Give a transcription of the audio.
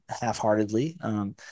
half-heartedly